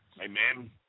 Amen